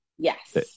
Yes